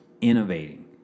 innovating